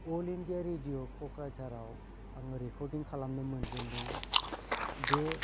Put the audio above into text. अल India radio कक्राझाराव आङो रेकरदिं खालामनो मोनजेनदों बे